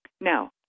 Now